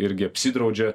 irgi apsidraudžia